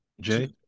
Jay